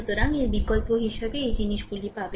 সুতরাং এরপরে বিকল্প হিসাবে এই জিনিসগুলি পাবেন